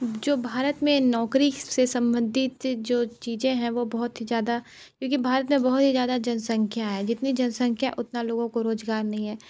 जो भारत में नौकरी से संबंधित जो चीज़ें हैं वो बहुत ही ज़्यादा क्योंकि भारत में बहुत ही ज़्यादा जनसंख्या है जितनी जनसंख्या उतना लोगों को रोज़गार नहीं है